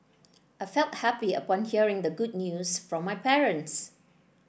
I felt happy upon hearing the good news from my parents